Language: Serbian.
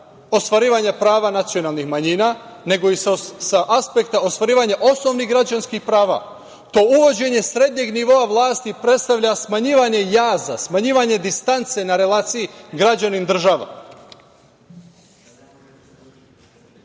ostvarivanja prava nacionalnih manjina, nego i sa aspekta ostvarivanja osnovnih građanskih prava. To uvođenje srednjeg nivoa vlasti predstavlja smanjivanje jaza, smanjivanje distance na relaciji građanin